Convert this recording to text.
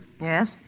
Yes